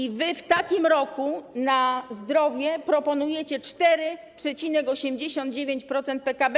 I wy w takim roku na zdrowie proponujecie 4,89% PKB?